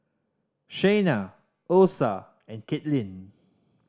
Shayna Osa and Kaitlyn